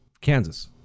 kansas